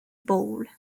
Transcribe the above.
bowl